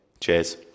Cheers